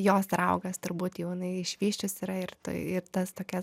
jos raugas turbūt jau jinai jį išvysčius yra ir tai ir tas tokias